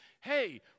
Hey